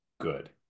good